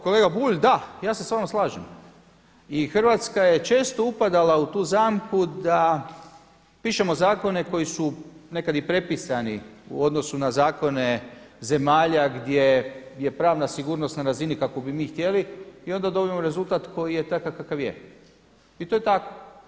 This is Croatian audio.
Kolega Bulj, da, ja se s vama slažem i Hrvatska je često upadala u tu zamku da pišemo zakone koji su nekada i prepisani u odnosu na zakone zemalja gdje je pravna sigurnost na razini kakvu bi mi htjeli i onda dobivamo rezultat koji je takav kakav je i to je tako.